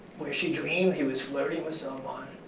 where she dreamed he was flirting with someone,